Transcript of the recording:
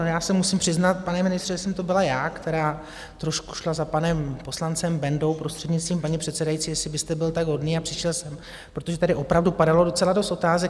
Já se musím přiznat, pane ministře, že jsem to byla já, která šla za panem poslancem Bendou, prostřednictvím paní předsedající, jestli byste byl tak hodný a přišel sem, protože tady opravdu padalo docela dost otázek.